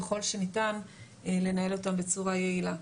ככל שניתן לנהל אותם בצורה יעילה.